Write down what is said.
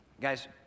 Guys